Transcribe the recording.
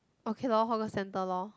okay lor hawker center lor